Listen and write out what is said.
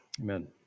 amen